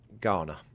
Ghana